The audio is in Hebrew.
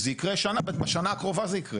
שזה יקרה בשנה הקרובה זה יקרה.